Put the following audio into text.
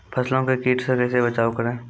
फसलों को कीट से कैसे बचाव करें?